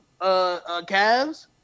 Cavs